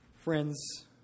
friends